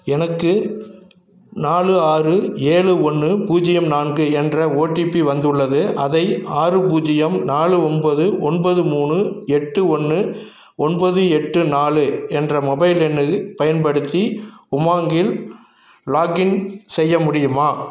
எனக்கு நாலு ஆறு ஏழு ஒன்னு பூஜ்ஜியம் நான்கு என்ற ஓடிபி வந்துள்ளது அதை ஆறு பூஜ்ஜியம் நாலு ஒன்பது ஒன்பது மூணு எட்டு ஒன்று ஒன்பது எட்டு நாலு என்ற மொபைல் எண்ணுக்குப் பயன்படுத்தி உமாங்கில் லாகின் செய்ய முடியுமா